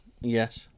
yes